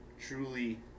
truly